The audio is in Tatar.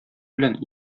белән